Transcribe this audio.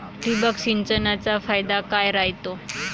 ठिबक सिंचनचा फायदा काय राह्यतो?